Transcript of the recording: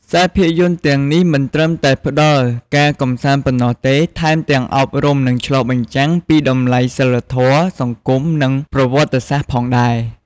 ខ្សែភាពយន្តទាំងនេះមិនត្រឹមតែផ្តល់ការកម្សាន្តប៉ុណ្ណោះទេ ថែមទាំងអប់រំ និងឆ្លុះបញ្ចាំងពីតម្លៃសីលធម៌ សង្គម និងប្រវត្តិសាស្ត្រផងដែរ។